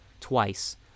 twice